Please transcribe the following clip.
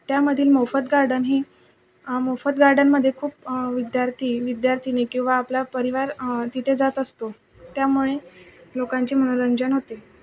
त्यामधील मोफत गार्डन ही मोफत गार्डनमध्ये खूप विद्यार्थी विद्यार्थिनी किंवा आपला परिवार तिथे जात असतो त्यामुळे लोकांचे मनोरंजन होते